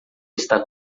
está